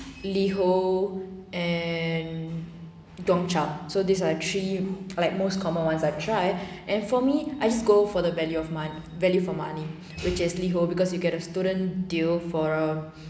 liho and gong-cha so these are the three like most common ones I've try and for me I just go for the value of mon~ value for money which is liho because you get a student deal for a